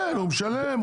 כן, הוא משלם.